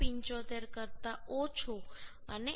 75 કરતા ઓછું અને 1